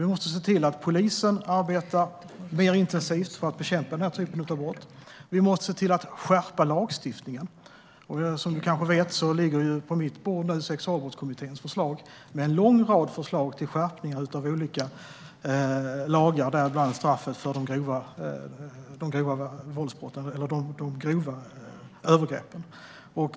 Vi måste se till att polisen arbetar mer intensivt för att bekämpa den här typen av brott, och vi måste skärpa lagstiftningen. Som Roger Haddad kanske vet ligger nu på mitt bord Sexualbrottskommitténs förslag med en lång rad förslag till skärpningar av olika lagar och av straffen för grova övergrepp.